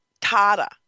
Tata